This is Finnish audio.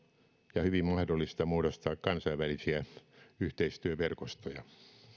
ja hyvin mahdollista muodostaa kansainvälisiä yhteistyöverkostoja